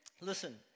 Listen